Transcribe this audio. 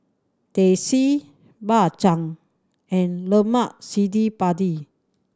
Teh C Bak Chang and lemak cili padi